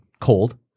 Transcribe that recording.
cold